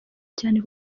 cyane